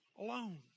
Alone